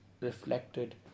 reflected